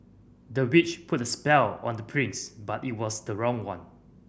the witch put a spell on the prince but it was the wrong one